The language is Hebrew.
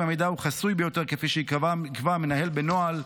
אם המידע הוא חסוי ביותר כפי שיקבע המנהל בנוהל,